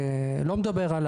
לא מדבר על